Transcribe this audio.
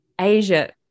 Asia